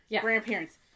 grandparents